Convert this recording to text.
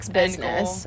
business